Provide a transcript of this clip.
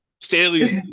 Staley's